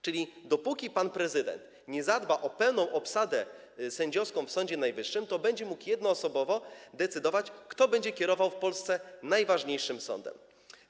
Czyli dopóki pan prezydent nie zadba o pełną obsadę sędziowską w Sądzie Najwyższym, będzie mógł jednoosobowo decydować, kto będzie kierował najważniejszym sądem w Polsce.